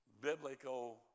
biblical